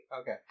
okay